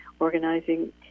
organizing